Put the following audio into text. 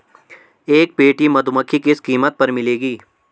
एक पेटी मधुमक्खी किस कीमत पर मिलेगी?